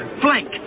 flank